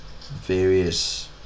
various